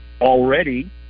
already